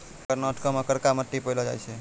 कर्नाटको मे करका मट्टी पायलो जाय छै